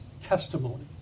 testimony